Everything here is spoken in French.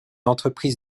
entreprise